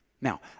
Now